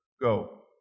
go